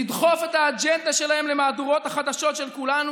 לדחוף את האג'נדה שלהם למהדורות החדשות של כולנו